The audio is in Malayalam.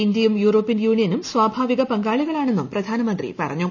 ഇന്ത്യയും യൂറോപ്യൻ യൂണിയ്ക്കും സ്വാഭാവിക പങ്കാളികളാണെന്നും പ്രധാനമന്ത്രി പറഞ്ഞു